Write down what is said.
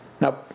Now